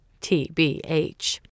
T-B-H